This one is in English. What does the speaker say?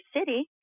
city